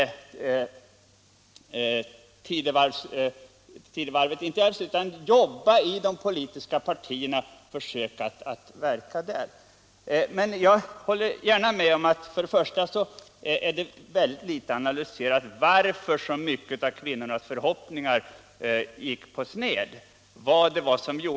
Man menade tvärtom att de skulle försöka verka inom de befintliga politiska partierna. Jag håller gärna med om att det är mycket litet analyserat varför så mycket av kvinnornas förhoppningar gick på sned.